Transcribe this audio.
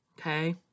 Okay